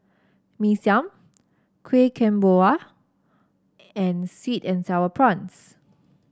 Mee Siam Kueh Kemboja and sweet and sour prawns